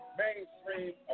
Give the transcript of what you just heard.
mainstream